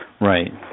Right